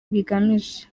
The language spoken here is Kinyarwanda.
bigamije